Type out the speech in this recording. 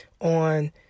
on